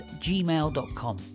gmail.com